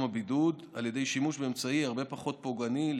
הבידוד על ידי שימוש באמצעי הרבה פחות פוגעני,